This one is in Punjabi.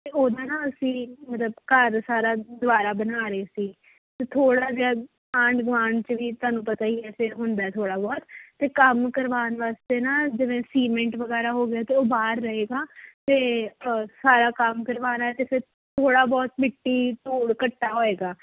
ਅਤੇ ਉਹਦਾ ਨਾ ਅਸੀਂ ਮਤਲਬ ਘਰ ਸਾਰਾ ਦੁਬਾਰਾ ਬਣਾ ਰਹੇ ਸੀ ਅਤੇ ਥੋੜ੍ਹਾ ਜਿਹਾ ਆਂਢ ਗੁਆਂਢ 'ਚ ਵੀ ਤੁਹਾਨੂੰ ਪਤਾ ਹੀ ਆ ਫਿਰ ਹੁੰਦਾ ਥੋੜ੍ਹਾ ਬਹੁਤ ਅਤੇ ਕੰਮ ਕਰਵਾਉਣ ਵਾਸਤੇ ਨਾ ਜਿਵੇਂ ਸੀਮੇਂਟ ਵਗੈਰਾ ਹੋ ਗਿਆ ਅਤੇ ਉਹ ਬਾਹਰ ਰਹੇਗਾ ਅਤੇ ਸਾਰਾ ਕੰਮ ਕਰਵਾਉਣਾ ਤਾਂ ਫਿਰ ਥੋੜ੍ਹਾ ਬਹੁਤ ਮਿੱਟੀ ਧੂੜ ਘੱਟਾ ਹੋਵੇਗਾ